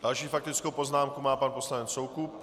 Další faktickou poznámku má pan poslanec Soukup.